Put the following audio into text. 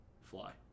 Fly